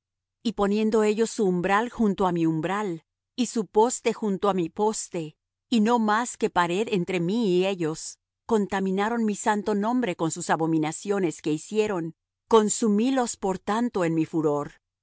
y poniendo ellos su umbral junto á mi umbral y su poste junto á mi poste y no más que pared entre mí y ellos contaminaron mi santo nombre con sus abominaciones que hicieron consumílos por tanto en mi furor